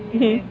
mmhmm